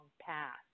path